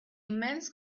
immense